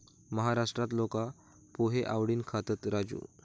महाराष्ट्रात लोका पोहे आवडीन खातत, राजू